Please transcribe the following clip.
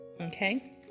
Okay